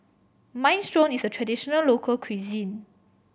minestrone is a traditional local cuisine